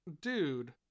Dude